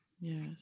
Yes